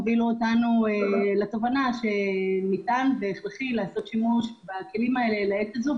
הובילו אותנו לתובנה שניתן והכרחי לעשות שימוש בכלים האלה לעת הזו,